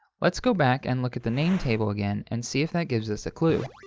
let's go back and look at the nametable again and see if that gives us a clue.